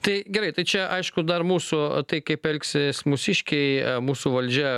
tai gerai tai čia aišku dar mūsų tai kaip elgsis mūsiškiai mūsų valdžia